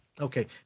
Okay